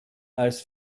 als